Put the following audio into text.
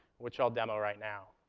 which i'll demo right now.